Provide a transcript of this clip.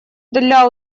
для